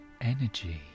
energy